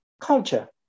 culture